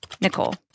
Nicole